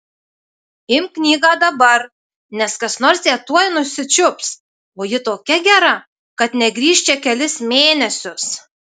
imk knygą dabar nes kas nors ją tuoj nusičiups o ji tokia gera kad negrįš čia kelis mėnesius